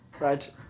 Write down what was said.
right